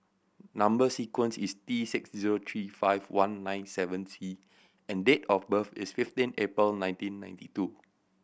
number sequence is T six zero three five one nine seven C and date of birth is fifteen April nineteen ninety two